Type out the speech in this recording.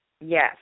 Yes